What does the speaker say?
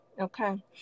Okay